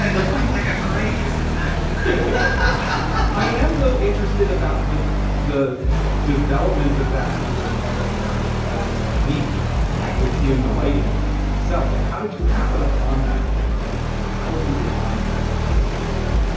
that that sounds like a great use of time i am, though, interested about the the development of that kind of metanarrative as a technique right within the writing of them themselves. like, how did you happen upon that and and and how have you refined that device over the years?